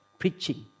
preaching